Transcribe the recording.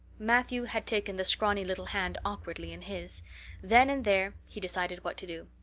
matthew had taken the scrawny little hand awkwardly in his then and there he decided what to do.